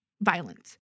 violence